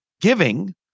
giving